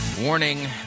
Warning